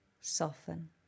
soften